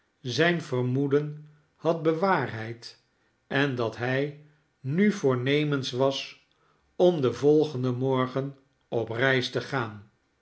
zijn vermoeden had bewaarheid en dat hij nu voornemens was om den volgenden morgen op reis te gaan